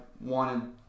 wanted